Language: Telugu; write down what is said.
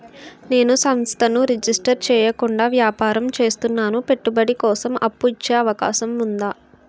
నేను సంస్థను రిజిస్టర్ చేయకుండా వ్యాపారం చేస్తున్నాను పెట్టుబడి కోసం అప్పు ఇచ్చే అవకాశం ఉందా?